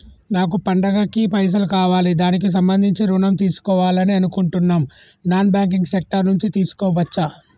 నాకు పండగ కి పైసలు కావాలి దానికి సంబంధించి ఋణం తీసుకోవాలని అనుకుంటున్నం నాన్ బ్యాంకింగ్ సెక్టార్ నుంచి తీసుకోవచ్చా?